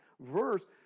verse